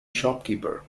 shopkeeper